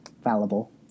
fallible